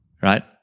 right